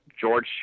George